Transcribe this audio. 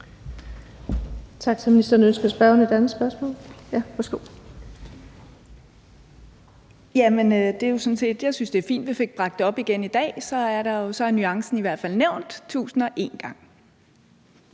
Tak til ministeren. Ønsker spørgeren et andet spørgsmål? Ja, værsgo. Kl. 13:58 Tina Cartey Hansen (KF): Jeg synes, at det er fint, at vi fik bragt det op igen i dag. Så er nuancen i hvert fald nævnt tusind og en gang.